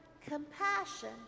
compassion